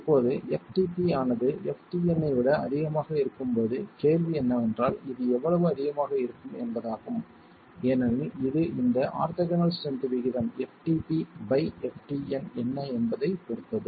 இப்போது ftp ஆனது ftn ஐ விட அதிகமாக இருக்கும்போது கேள்வி என்னவென்றால் இது எவ்வளவு அதிகமாக இருக்கும் என்பதாகும் ஏனெனில் இது இந்த ஆர்த்தோகனல் ஸ்ட்ரென்த் விகிதம் ftp பை ftn என்ன என்பதைப் பொறுத்தது